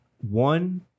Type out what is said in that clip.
one